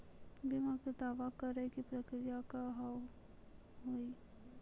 बीमा के दावा करे के प्रक्रिया का हाव हई?